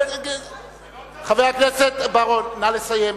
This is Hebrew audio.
נא לסיים.